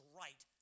right